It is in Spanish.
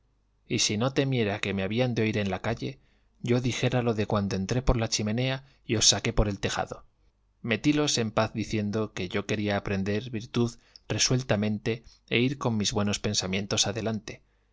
y si no temiera que me habían de oír en la calle yo dijera lo de cuando entré por la chimenea y os saqué por el tejado metílos en paz diciendo que yo quería aprender virtud resueltamente y ir con mis buenos pensamientos adelante